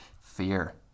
fear